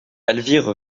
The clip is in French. elvire